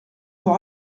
pour